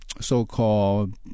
so-called